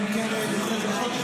אלא אם כן נדחה את זה בחודש.